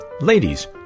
Ladies